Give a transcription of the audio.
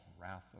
wrath